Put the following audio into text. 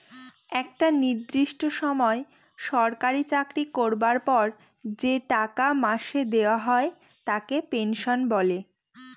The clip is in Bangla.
একটা নির্দিষ্ট সময় সরকারি চাকরি করবার পর যে টাকা মাসে দেওয়া হয় তাকে পেনশন বলে